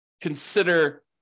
consider